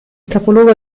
capoluogo